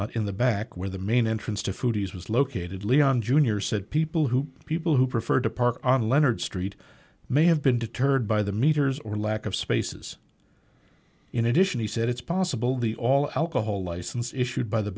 lot in the back where the main entrance to foodies was located leon jr said people who people who preferred to park on leonard street may have been deterred by the meters or lack of spaces in addition he said it's possible the all alcohol license issued by the